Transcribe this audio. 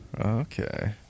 Okay